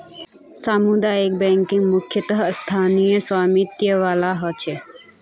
सामुदायिक बैंकिंग मुख्यतः स्थानीय स्वामित्य वाला ह छेक